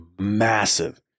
massive